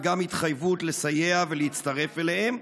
וגם להביע התחייבות לסייע ולהצטרף אליהם.